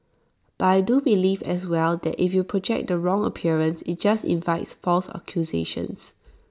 but I do believe as well that if you project the wrong appearance IT just invites false accusations